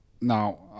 now